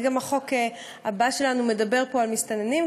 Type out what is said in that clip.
גם החוק הבא שלנו מדבר פה על מסתננים,